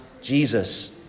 Jesus